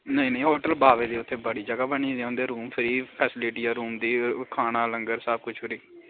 नेईं नेईं होटल बाबा दे उत्थें बड़ी जगह बनी दी ऐ रूम दी फेस्लिटी फ्री खाना लंगर दा फ्री